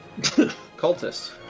cultist